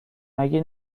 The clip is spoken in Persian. نگی